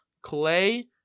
Clay